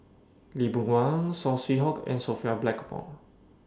Lee Boon Wang Saw Swee Hock and Sophia Blackmore